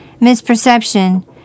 Misperception